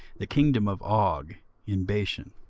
the kingdom of og in bashan.